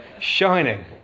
shining